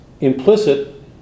implicit